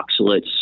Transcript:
oxalates